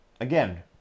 again